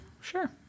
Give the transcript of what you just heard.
Sure